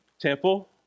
temple